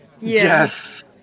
Yes